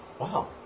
Wow